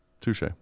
Touche